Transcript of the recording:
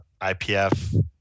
IPF